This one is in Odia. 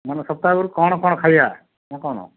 ମାନେ ସପ୍ତାହକୁ କ'ଣ କ'ଣ ଖାଇବା ନା କ'ଣ